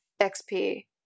XP